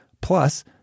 Plus